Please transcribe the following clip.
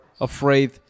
afraid